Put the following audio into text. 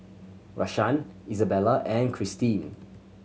Rashaan Izabella and Cristine